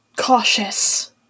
cautious